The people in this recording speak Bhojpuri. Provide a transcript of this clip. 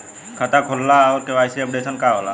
खाता खोलना और के.वाइ.सी अपडेशन का होला?